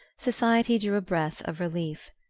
society drew a breath of relief.